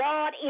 God